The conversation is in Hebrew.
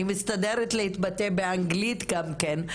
ואני מצליחה להתבטא באנגלית גם כן,